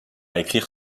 écrire